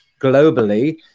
globally